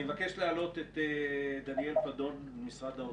אני מבקש להעלות את דניאל פדון ממשרד האוצר,